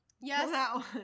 Yes